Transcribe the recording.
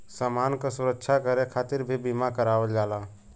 समान क सुरक्षा करे खातिर भी बीमा करावल जाला